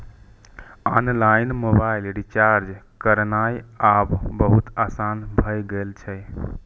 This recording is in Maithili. ऑनलाइन मोबाइल रिचार्ज करनाय आब बहुत आसान भए गेल छै